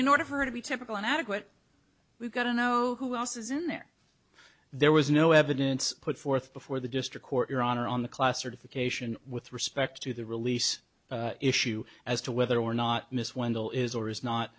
in order for it to be typical and adequate we've got to know who else is in there there was no evidence put forth before the district court your honor on the class certification with respect to the release issue as to whether or not miss wendell is or is not